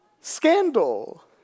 Scandal